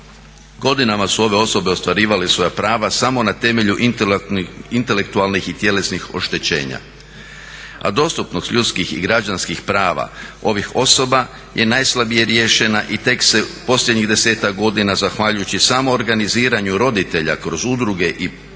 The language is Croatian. Godinama su ove osobe ostvarivale svoja prava samo na temelju intelektualnih i tjelesnih oštećenja, a dostupnost ljudskih i građanskih prava ovih osoba je najslabije riješena i tek se posljednji 10-ak godina zahvaljujući samo organiziranju roditelja kroz udruge i probijanje